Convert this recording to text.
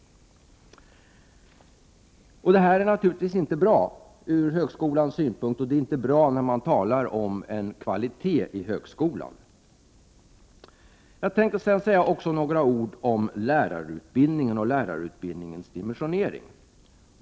Det här är naturligtvis inte bra ur högskolans synpunkt, särskilt inte när man talar om kvalitet i högskolan. Jag vill sedan säga några ord om lärarutbildningen och dess dimensionering.